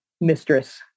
mistress